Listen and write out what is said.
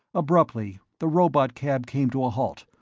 abruptly the robotcab came to a halt,